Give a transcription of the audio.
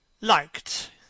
liked